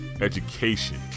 education